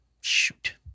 Shoot